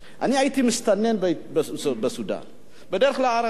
אני הייתי מסתנן בסודן בדרך לארץ.